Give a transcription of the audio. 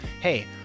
hey